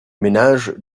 ménages